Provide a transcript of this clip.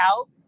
out